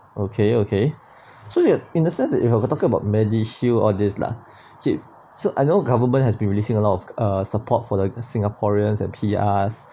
okay okay so you are in the sense if you were talking about medishield or this lah okay so I know government has been releasing a lot of uh support for the singaporeans and P_Rs